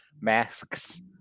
masks